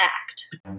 act